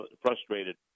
frustrated